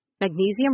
Magnesium